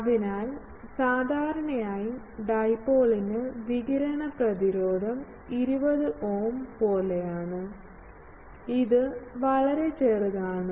അതിനാൽ സാധാരണയായി ഡൈപോളിന് വികിരണ പ്രതിരോധം 20 ഓം പോലെയാണ് ഇത് വളരെ ചെറുതാണ്